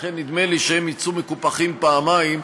ולכן נדמה לי שהם יצאו מקופחים פעמיים,